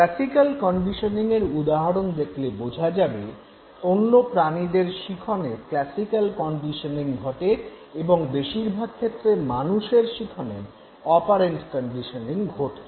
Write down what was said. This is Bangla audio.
ক্লাসিক্যাল কন্ডিশনিঙের উদাহরণ দেখলে বোঝা যাবে অন্য প্রাণীদের শিখনে ক্লাসিক্যাল কন্ডিশনিং ঘটে এবং বেশিরভাগ ক্ষেত্রে মানুষের শিখনে অপারেন্ট কন্ডিশনিং ঘটছে